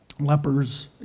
lepers